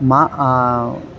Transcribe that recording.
मा